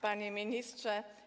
Panie Ministrze!